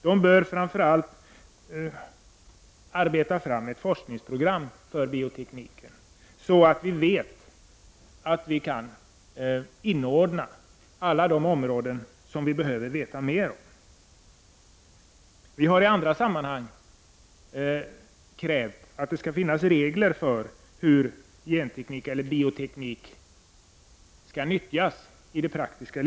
De bör framför allt arbeta fram ett forskningsprogram för biotekniken så att alla de områden som vi behöver veta mer om kan inordnas. Centerpartiet har i andra sammanhang krävt att det skall finnas regler för hur genteknik eller bioteknik skall utnyttjas i praktiken.